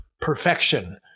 perfection